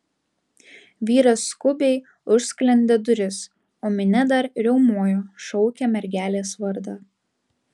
vyras skubiai užsklendė duris o minia dar riaumojo šaukė mergelės vardą